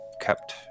kept